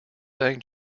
thank